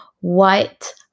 white